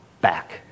back